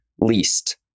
least